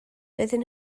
doedden